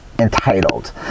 entitled